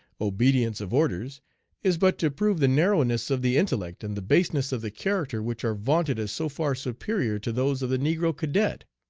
obedience of orders is but to prove the narrowness of the intellect and the baseness of the character which are vaunted as so far superior to those of the negro cadet,